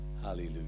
hallelujah